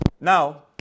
now